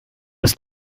muss